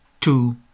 two